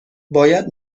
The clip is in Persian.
باید